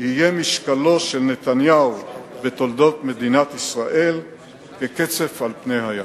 יהיה משקלו של נתניהו בתולדות מדינת ישראל כקצף על פני הים.